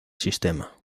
sistema